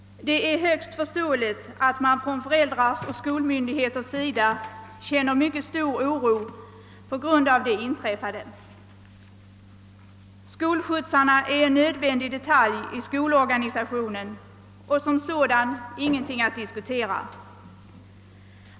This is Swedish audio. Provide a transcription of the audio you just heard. Det är högst förståeligt, att föräldrar och skolmyndigheter känner mycket stor oro på grund av det inträffade. Skolskjutsarna är en nödvändig detalj i skolorganisationen och är som sådana ingenting att diskutera.